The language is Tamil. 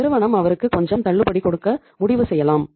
நிறுவனம் அவருக்கு கொஞ்சம் தள்ளுபடி கொடுக்க முடிவு செய்யலாம்